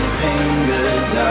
fingers